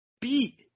beat